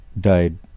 died